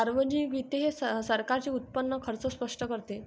सार्वजनिक वित्त हे सरकारचे उत्पन्न व खर्च स्पष्ट करते